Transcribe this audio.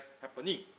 happening